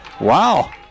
wow